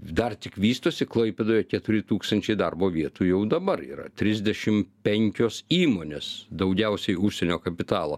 dar tik vystosi klaipėdoje keturi tūkstančiai darbo vietų jau dabar yra trisdešim penkios įmonės daugiausiai užsienio kapitalo